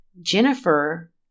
Jennifer